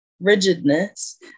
rigidness